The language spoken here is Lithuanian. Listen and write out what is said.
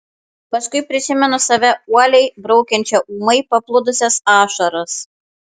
paskui prisimenu save uoliai braukiančią ūmai paplūdusias ašaras